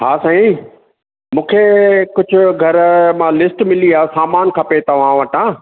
हा साईं मूंखे कुझु घर मां लिस्ट मिली आहे सामानु खपे तव्हां वटां